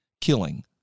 killing